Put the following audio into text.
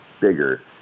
bigger